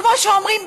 כמו שאומרים,